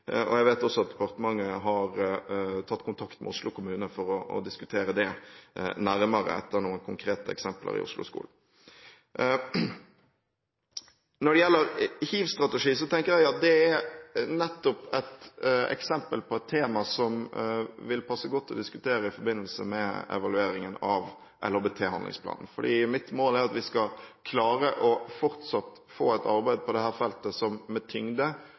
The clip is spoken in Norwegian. Jeg vet også at departementet har tatt kontakt med Oslo kommune for å diskutere det nærmere, etter noen konkrete eksempler i Oslo-skolen. Når det gjelder hivstrategi, tenker jeg at det er nettopp et eksempel på et tema som vil passe godt å diskutere i forbindelse med evaluering av LHBT-handlingsplanen, for mitt mål er at vi fortsatt skal klare å få et arbeid på dette feltet som med tyngde mobiliserer bredden av departementenes handlingskraft. Det er ikke noe som